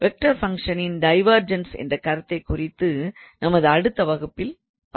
vector ஃபங்க்ஷனின் divergence என்ற கருத்தைக்குறித்து நமது அடுத்த வகுப்பில் பார்க்கலாம்